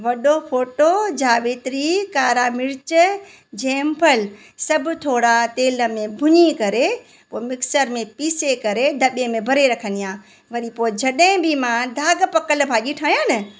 वॾो फोटो जावेत्री कारा मिर्च जाइफल सभु थोरा तेल में भुञी करे पोइ मिक्सर में पीसे करे दॿे में भरे रखंदी आहियां वरी पोइ जॾहिं बि मां धाग पकल भाॼी ठाहियां न